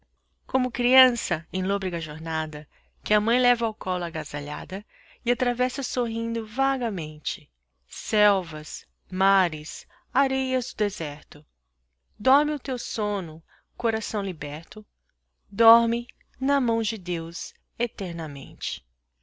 como criança em lobrega jornada que a mãe leva ao collo agasalhada e atravessa sorrindo vagamente selvas mares areias do deserto dorme o teu somno coração liberto dorme na não de deus eternamente